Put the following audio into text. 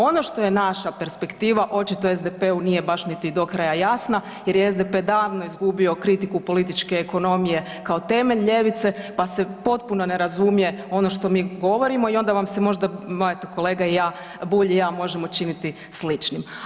Ono što je naša perspektiva očito SDP-u nije baš niti do kraja jasna jer je SDP davno izgubio kritiku političke ekonomije kao temelj ljevice pa se potpuno ne razumije ono što mi govorimo i onda vam se možda kolega Bulj i ja možemo činiti sličnim.